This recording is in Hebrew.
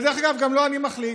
ואגב, גם לא אני מחליט.